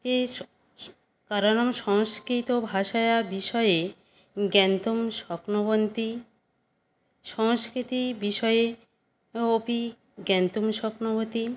तेषां कारणं संस्कृतभाषायाः विषये ज्ञातुं शक्नुवन्ति संस्कृतिविषये अपि ज्ञातुं शक्नुवन्ति